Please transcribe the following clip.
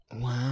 Wow